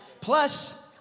Plus